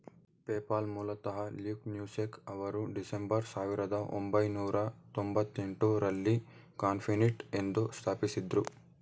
PayPal ಮೂಲತಃ Luke Nosek ಅವರು December ಸಾವಿರದ ಒಂಬೈನೂರ ತೊಂಭತ್ತೆಂಟು ರಲ್ಲಿ ಕಾನ್ಫಿನಿಟಿ ಎಂದು ಸ್ಥಾಪಿಸಿದ್ದ್ರು